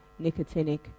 nicotinic